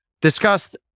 discussed